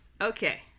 Okay